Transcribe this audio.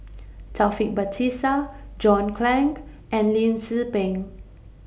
Taufik Batisah John Clang and Lim Tze Peng